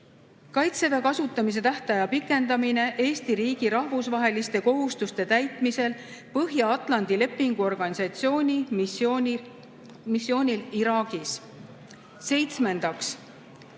"Kaitseväe kasutamise tähtaja pikendamine Eesti riigi rahvusvaheliste kohustuste täitmisel Põhja-Atlandi Lepingu Organisatsiooni missioonil Iraagis". Seitsmendaks,